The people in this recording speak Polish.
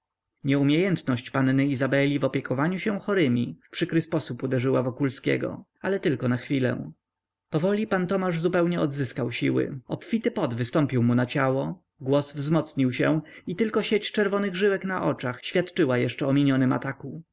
rzeczach nieumiejętność panny izabeli w opiekowaniu się chorymi w przykry sposób uderzyła wokulskiego ale tylko na chwilę powoli pan tomasz zupełnie odzyskał siły obfity pot wystąpił mu na ciało głos wzmocnił się i tylko sieć czerwonych żyłek na oczach świadczyła jeszcze o minionym ataku